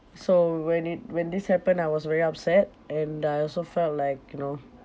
so when it when this happened I was very upset and I also felt like you know